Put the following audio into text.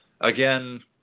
again